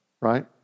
right